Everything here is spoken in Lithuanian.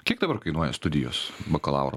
kiek dabar kainuoja studijos bakalauro